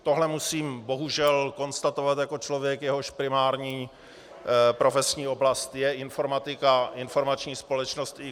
Tohle musím bohužel konstatovat jako člověk, jehož primární profesní oblast je informatika, informační společnost.